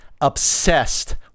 obsessed